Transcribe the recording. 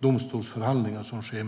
domstolsförhandlingar som sker.